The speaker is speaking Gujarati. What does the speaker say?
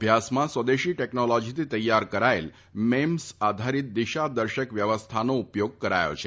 અભ્યાસમાં સ્વદેશી ટેકનોલોજીથી તેયાર કરાયેલ મેમ્સ આધારિત દિશાદર્શક વ્યવસ્થાનો ઉપયોગ કરાયો છે